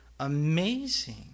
amazing